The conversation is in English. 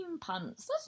pants